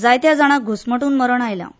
जायत्या जाणांक घुस्मटून मरण आयलां